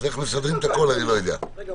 מבקש לעבור על הדברים,